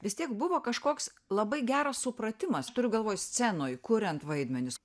vis tiek buvo kažkoks labai geras supratimas turiu galvoj scenoj kuriant vaidmenis